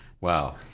Wow